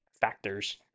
factors